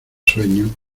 sueño